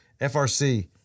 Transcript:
FRC